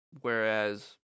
Whereas